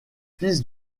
fils